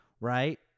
right